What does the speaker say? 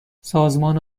سازمان